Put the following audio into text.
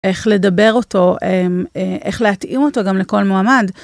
איך לדבר אותו, איך להתאים אותו גם לכל מועמד.